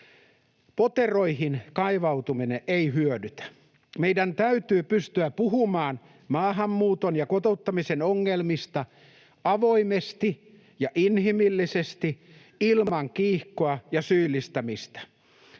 Poteroihin kaivautuminen ei hyödytä. Meidän täytyy pystyä puhumaan maahanmuuton ja kotouttamisen ongelmista avoimesti ja inhimillisesti, ilman kiihkoa ja syyllistämistä.